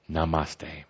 Namaste